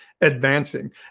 advancing